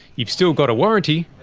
you've still got a warranty,